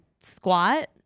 squat